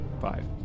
five